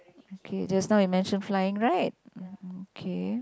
okay just now you mention flying right okay